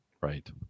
Right